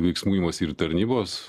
veiksmų imasi ir tarnybos